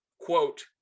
quote